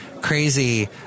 crazy